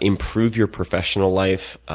improve your professional life,